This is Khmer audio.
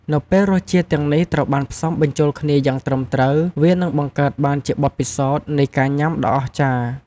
នៅពេលរសជាតិទាំងនេះត្រូវបានផ្សំបញ្ចូលគ្នាយ៉ាងត្រឹមត្រូវ វានឹងបង្កើតបានជាបទពិសោធន៍នៃការញ៉ាំដ៏អស្ចារ្យ។។